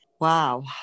wow